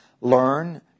Learn